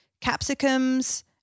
Capsicums